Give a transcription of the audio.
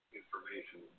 information